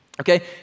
Okay